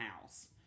house